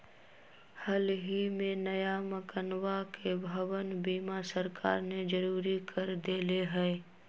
हल ही में नया मकनवा के भवन बीमा सरकार ने जरुरी कर देले है